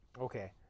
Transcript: Okay